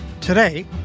Today